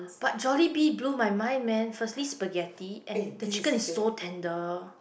but Jollibee blew my mind man firstly spaghetti and the chicken is so tender